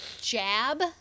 jab